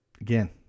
Again